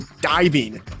diving